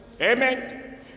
amen